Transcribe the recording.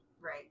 Right